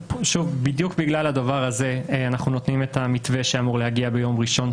בדיוק בגלל הדבר הזה אנחנו נותנים את המתווה שאמור להגיע ביום ראשון,